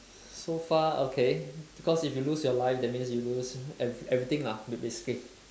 so far okay because if you lose your life that means you lose every~ everything lah ba~ basically